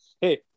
Hey